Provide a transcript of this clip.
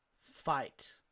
fight